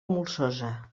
molsosa